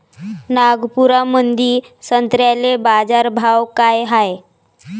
नागपुरामंदी संत्र्याले बाजारभाव काय हाय?